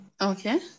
Okay